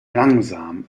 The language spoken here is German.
langsam